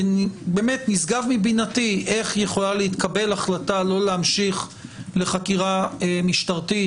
נשגב מבינתי איך יכולה להתקבל החלטה לא להמשיך לחקירה משטרתית,